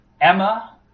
Emma